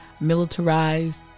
militarized